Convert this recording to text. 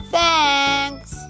Thanks